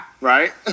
Right